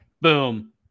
Boom